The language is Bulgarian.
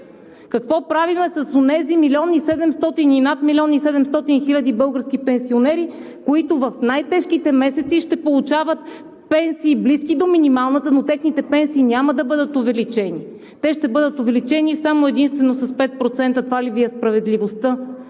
Какво правим с онези милион и седемстотин и над милион и седемстотин български пенсионери, които в най-тежките месеци ще получават пенсии, близки до минималната, но техните пенсии няма да бъдат увеличени? Те ще бъдат увеличени само и единствено с 5%. Това ли Ви е справедливостта?